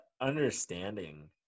understanding